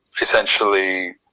essentially